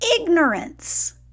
ignorance